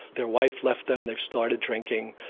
their wife left them, they've started drinking,